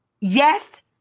yes